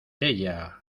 ella